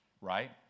right